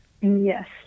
Yes